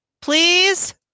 please